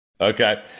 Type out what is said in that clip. Okay